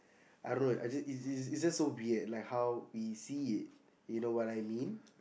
I don't know I just it it it it's just so weird like how we see it you know what I mean